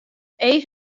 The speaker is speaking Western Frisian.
each